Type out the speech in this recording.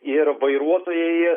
ir vairuotojai